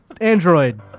android